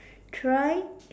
try